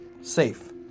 safe